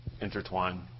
intertwine